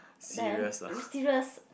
then serious